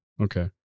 Okay